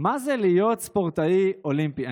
מה זה להיות ספורטאי אולימפי.